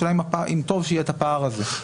השאלה אם טוב שיהיה את הפער הזה.